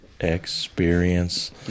experience